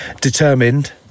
Determined